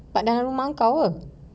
but dalam rumah kau ke